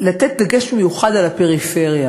לתת דגש מיוחד על הפריפריה.